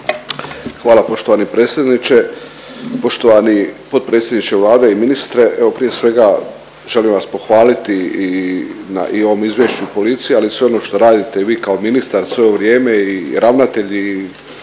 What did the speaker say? Hvala poštovani predsjedniče. Poštovani potpredsjedniče Vlade i ministre. Evo, prije svega, želim vas pohvaliti i na i ovom Izvješću policije, ali i sve ono što radite i vi kao ministar sve ovo vrijeme i ravnatelj